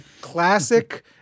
classic